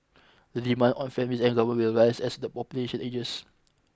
the demand on families and government will rise as the population ages